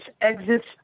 exits